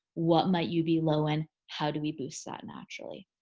what might you be low in? how do we boost that naturally?